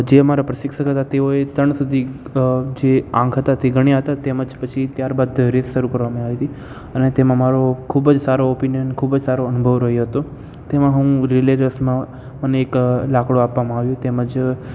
જે અમારા પ્રશિક્ષક હતા તેઓએ ત્રણ સુધી જે આંખતાથી ગણ્યા હતા તેમજ પછી ત્યારબાદ રેસ શરૂ કરવામાં આવી તી અને તેમાં મારો ખૂબ જ સારો ઓપીનીયન ખૂબ જ સારો અનુભવ રહ્યો હતો તેમાં હું રિલે રેસમાં મને એક લાકડું આપવામાં આવ્યું તેમજ